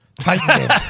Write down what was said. Titan